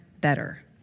better